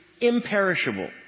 imperishable